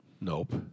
Nope